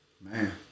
Man